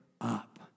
up